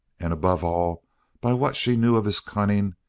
and above all by what she knew of his cunning,